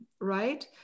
Right